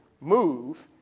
move